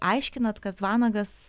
aiškinot kad vanagas